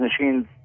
machines